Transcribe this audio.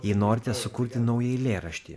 jei norite sukurti naują eilėraštį